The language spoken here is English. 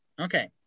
okay